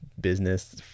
business